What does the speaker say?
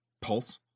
Pulse